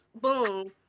Boom